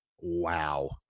wow